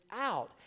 out